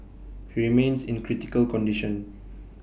he remains in critical condition